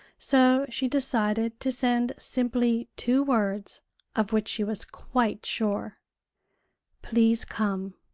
so she decided to send simply two words of which she was quite sure please come.